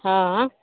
हँऽ